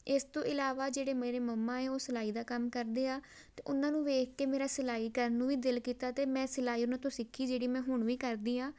ਇਸ ਤੋਂ ਇਲਾਵਾ ਜਿਹੜੇ ਮੇਰੇ ਮੰਮਾ ਹੈ ਉਹ ਸਿਲਾਈ ਦਾ ਕੰਮ ਕਰਦੇ ਆ ਅਤੇ ਉਹਨਾਂ ਨੂੰ ਵੇਖ ਕੇ ਮੇਰਾ ਸਿਲਾਈ ਕਰਨ ਨੂੰ ਵੀ ਦਿਲ ਕੀਤਾ ਅਤੇ ਮੈਂ ਸਿਲਾਈ ਉਹਨਾਂ ਤੋਂ ਸਿੱਖੀ ਜਿਹੜੀ ਮੈਂ ਹੁਣ ਵੀ ਕਰਦੀ ਹਾਂ